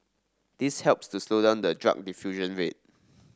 this helps to slow down the drug diffusion rate